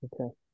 Okay